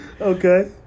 Okay